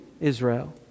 Israel